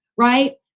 right